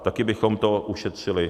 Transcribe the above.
Taky bychom to ušetřili.